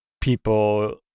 people